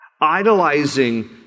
Idolizing